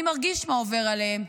אני מרגיש מה עובר עליהם,